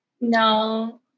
No